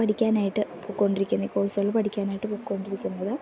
പഠിക്കാനായിട്ട് പോയിണ്ടിരിക്കുന്നത് കോഴ്സുകൾ പഠിക്കാനായിട്ട് പോയിക്കൊണ്ടിരിക്കുന്നത്